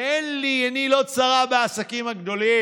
ועיני לא צרה בעסקים הגדולים.